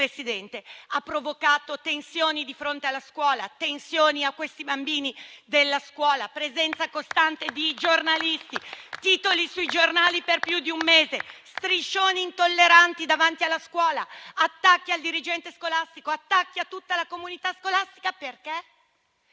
Presidente? Tensioni di fronte alla scuola e, conseguentemente, per i bambini della scuola, la presenza costante di giornalisti, titoli sui giornali per più di un mese, striscioni intolleranti davanti alla scuola e attacchi al dirigente scolastico e a tutta la comunità scolastica.